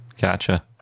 Gotcha